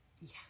Yes